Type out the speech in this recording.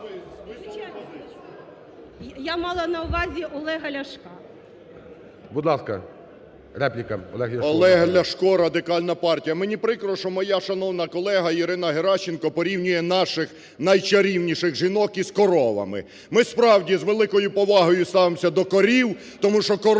Я мала на увазі Олега Ляшка. ГОЛОВУЮЧИЙ. Будь ласка, репліка Олег Ляшко. 10:29:34 ЛЯШКО О.В. Олег Ляшко, Радикальна партія. Мені прикро, що моя шановна колега Ірина Геращенко порівнює наших найчарівніших жінок з коровами. Ми. справді, з великою повагою ставимося до корів, тому що корова